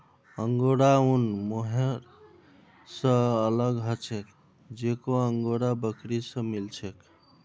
angora ऊन mohair स अलग ह छेक जेको अंगोरा बकरी स मिल छेक